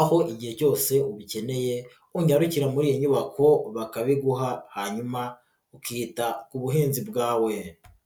aho igihe cyose ubikeneye unyarukira muri iyi nyubako bakabiguha hanyuma ukita ku buhinzi bwawe.